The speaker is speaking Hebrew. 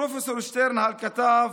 פרופ' שטרנהל כתב: